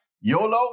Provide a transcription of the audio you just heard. YOLO